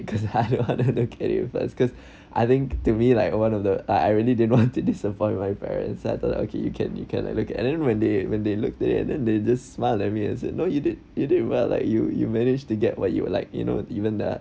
because I don't want to look at it because I think to me like one of the I I really didn't want to disappoint my parents so I told them okay you can you can like look at it and then when they when they looked at it and then they just smiled at me and said no you did you did well like you you manage to get what you would like you know even the